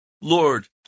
Lord